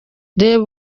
reba